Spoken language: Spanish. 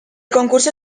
concurso